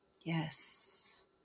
Yes